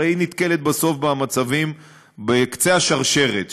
הרי היא נתקלת בסוף במצבים בקצה השרשרת,